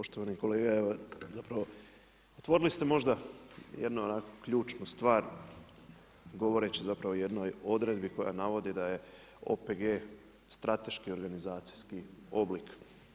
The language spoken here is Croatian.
Poštovani kolega evo zapravo otvorili ste možda jednu onako ključnu stvar govoreći zapravo o jednoj odredbi koja navodi da je OPG-e strateški organizacijski oblik.